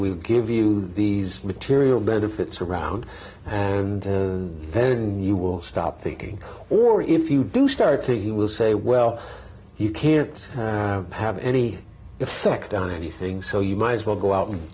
we give you these material benefits around and then you will stop thinking or if you do start thinking will say well you can't have any effect on anything so you might as well go out and